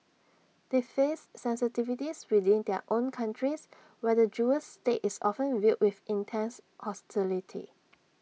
they face sensitivities within their own countries where the Jewish state is often viewed with intense hostility